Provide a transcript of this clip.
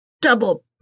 double-